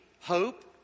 hope